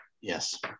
Yes